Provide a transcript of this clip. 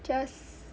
just